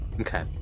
Okay